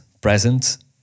present